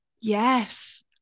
Yes